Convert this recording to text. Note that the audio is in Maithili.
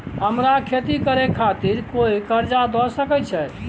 हमरा खेती करे खातिर कोय कर्जा द सकय छै?